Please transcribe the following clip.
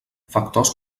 factors